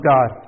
God